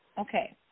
Okay